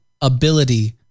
ability